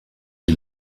die